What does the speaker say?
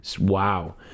Wow